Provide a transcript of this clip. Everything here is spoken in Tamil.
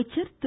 அமைச்சர் திரு